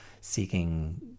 seeking